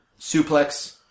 suplex